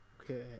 Okay